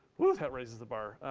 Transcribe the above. whoo, that raises the bar.